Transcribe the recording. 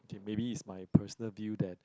okay maybe it's my personal view that